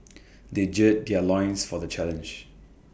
they gird their loins for the challenge